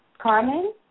Carmen